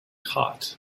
hot